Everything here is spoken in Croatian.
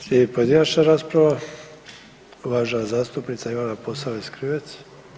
Slijedi pojedinačna rasprava, uvažena zastupnica Ivana Posavec Krivec.